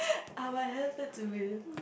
I would have it with